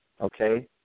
okay